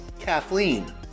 Kathleen